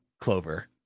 Clover